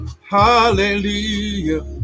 hallelujah